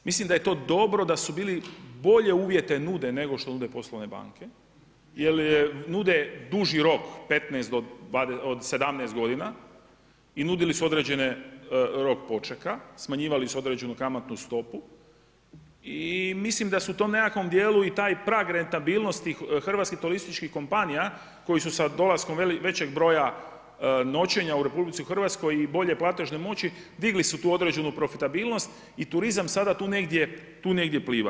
Mislim da je to dobro, da bolje uvjete nude nego što nude poslovne banke jer nude duži rok od 15, 20, od 17 godina i nudili su određeni rok počeka, smanjivali su određenu kamatnu stopu i mislim da su u tom nekakvom djelu i taj prag rentabilnosti Hrvatske turističkih kompanija koji su sa dolaskom većeg broja noćenja u RH i bolje platežne moći, digli su tu određenu profitabilnost i turizam sada tu negdje plova.